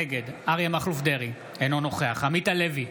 נגד אריה מכלוף דרעי, אינו נוכח עמית הלוי,